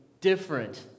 different